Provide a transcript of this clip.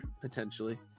Potentially